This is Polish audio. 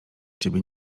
ciebie